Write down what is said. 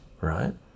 right